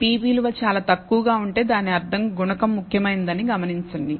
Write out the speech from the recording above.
P విలువ చాలా తక్కువగా ఉంటే దాని అర్థం గుణకం ముఖ్యమైనదని గమనించండి